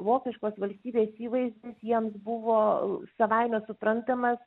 vokiškos valstybės įvaizdis jiems buvo savaime suprantamas